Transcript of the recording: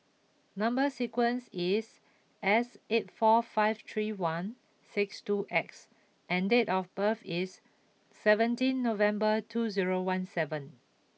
number sequence is S eight four five three one six two X and date of birth is seventeen November two zero one seven